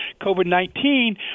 COVID-19